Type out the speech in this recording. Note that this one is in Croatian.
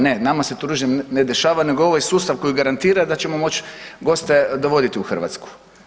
Ne, nama se turizam ne dešava, nego ovaj sustav koji garantira da ćemo moći goste dovoditi u Hrvatsku.